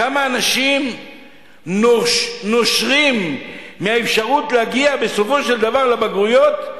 כמה אנשים נושרים מהאפשרות להגיע בסופו של דבר לבגרויות,